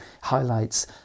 highlights